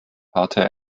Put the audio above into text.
baute